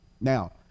Now